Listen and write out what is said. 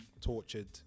tortured